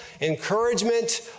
encouragement